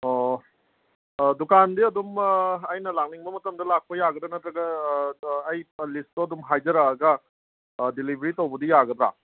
ꯑꯣ ꯑꯥ ꯗꯨꯀꯥꯟꯗꯤ ꯑꯗꯨꯝ ꯑꯩꯅ ꯂꯥꯛꯅꯤꯡꯕ ꯃꯇꯝꯗ ꯂꯥꯛꯄ ꯌꯥꯒꯗ꯭ꯔꯥ ꯅꯠꯇ꯭ꯔꯒ ꯑꯩ ꯂꯤꯁꯇꯣ ꯑꯗꯨꯝ ꯍꯥꯏꯖꯔꯛꯂꯒ ꯑꯥ ꯗꯤꯂꯕꯔꯤ ꯇꯧꯕꯗꯤ ꯌꯥꯒꯗ꯭ꯔꯥ